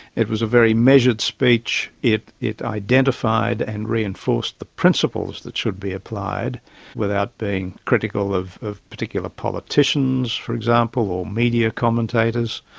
it was a very measured speech, it it identified and reinforced the principles that should be applied without being critical of of particular politicians, for example, or media commentators,